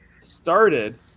started